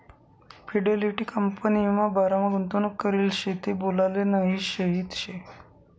Fidelity कंपनीमा बारामा गुंतवणूक करेल शे ते बोलाले नही नही शे